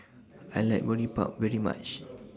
I like Boribap very much